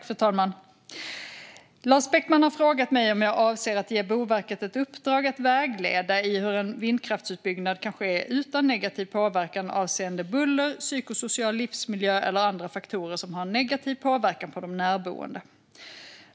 Fru talman! Lars Beckman har frågat mig om jag avser att ge Boverket ett uppdrag att vägleda i hur en vindkraftsutbyggnad kan ske utan negativ påverkan avseende buller, psykosocial livsmiljö eller andra faktorer som har en negativ påverkan på de närboende.